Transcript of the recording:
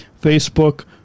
Facebook